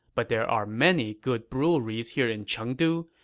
but there are many good breweries here in chengdu.